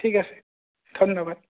ঠিক আছে ধন্যবাদ